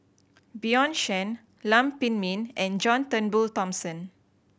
Bjorn Shen Lam Pin Min and John Turnbull Thomson